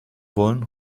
wollen